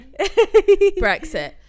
Brexit